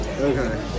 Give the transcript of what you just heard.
Okay